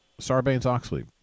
Sarbanes-Oxley